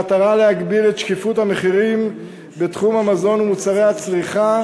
במטרה להגביר את שקיפות המחירים בתחום המזון ומוצרי הצריכה,